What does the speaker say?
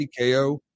TKO